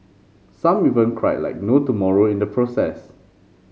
some even cried like no tomorrow in the process